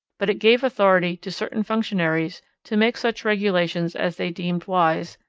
but it gave authority to certain functionaries to make such regulations as they deemed wise,